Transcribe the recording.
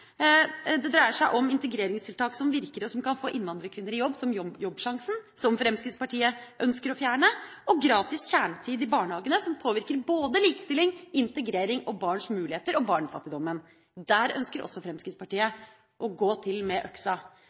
Det dreier seg om integreringstiltak som virker og som kan få innvandrerkvinner i jobb, som Jobbsjansen – som Fremskrittspartiet ønsker å fjerne – og gratis kjernetid i barnehagene, som påvirker både likestilling, integrering, barns muligheter og barnefattigdommen. Der ønsker også Fremskrittspartiet å gå til med øksa.